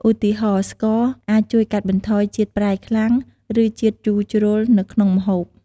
ឧទាហរណ៍ ស្ករអាចជួយកាត់បន្ថយជាតិប្រៃខ្លាំង ឬជាតិជូរជ្រុលនៅក្នុងម្ហូប។